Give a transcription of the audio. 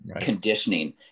conditioning